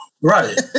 Right